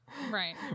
right